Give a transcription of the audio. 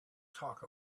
talk